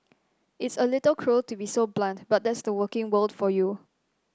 it's a little cruel to be so blunt but that's the working world for you